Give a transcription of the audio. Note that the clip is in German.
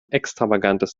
extravagantes